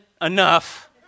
enough